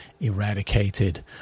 eradicated